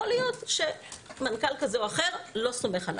יכול להיות שמנכ"ל כזה או אחר לא סומך עלי,